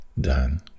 done